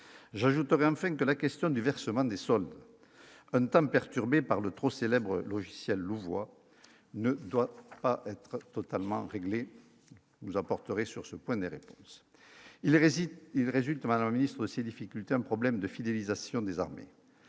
j'ajouterai enfin que la question du versement des sols Bentham perturbé par le trop célèbre logiciel Louvois ne doit pas être totalement réglé, vous apporterez sur ce point des il réside, il résulte maintenant ministre ces difficultés, un problème de fidélisation des armées